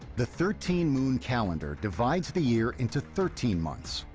the thirteen moon calendar divides the year into thirteen months,